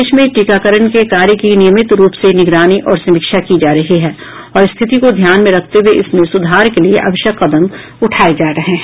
देश में टीकाकरण के कार्य की नियमित रूप से निगरानी और समीक्षा की जा रही है और स्थिति को ध्यान में रखते हुए इसमें सुधार के लिए आवश्यक कदम उठाए जा रहे हैं